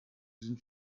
sind